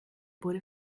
wurde